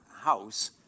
house